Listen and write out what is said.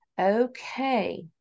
okay